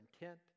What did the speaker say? intent